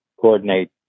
coordinate